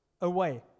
away